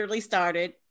started